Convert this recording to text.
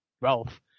Ralph